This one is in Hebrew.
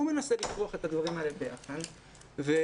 הוא מנסה לכרוך את הדברים האלה ביחד ללא